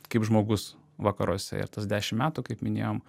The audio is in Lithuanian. kaip žmogus vakaruose ir tas dešim metų kaip minėjom